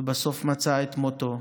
ובסוף מצא את מותו.